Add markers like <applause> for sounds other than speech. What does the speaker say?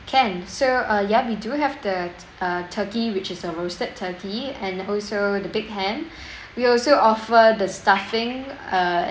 can so uh ya we do have the t~ err turkey which is a roasted turkey and also the big hand <breath> we also offer the stuffing err